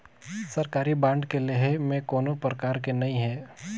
सरकारी बांड के लेहे में कोनो परकार के नइ हे